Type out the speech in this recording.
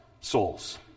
souls